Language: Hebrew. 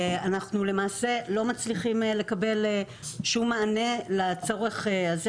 אנחנו למעשה לא מצליחים לקבל שום מענה לצורך הזה,